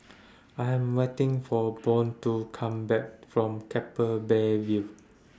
I Am waiting For Bode to Come Back from Keppel Bay View